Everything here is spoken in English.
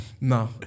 No